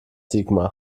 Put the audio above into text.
sigmar